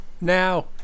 Now